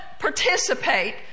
participate